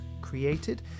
created